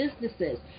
businesses